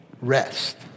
rest